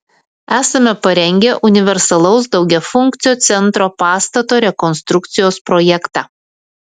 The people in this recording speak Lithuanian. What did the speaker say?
esame parengę universalaus daugiafunkcio centro pastato rekonstrukcijos projektą